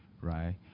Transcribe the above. right